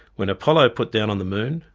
when apollo put down on the moon,